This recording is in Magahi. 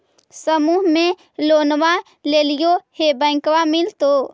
समुह मे लोनवा लेलिऐ है बैंकवा मिलतै?